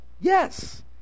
Yes